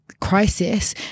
crisis